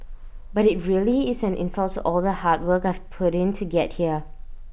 but IT really is an insult all the hard work I've put in to get here